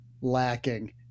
lacking